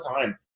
time